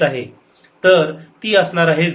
तर ती असणार आहे 0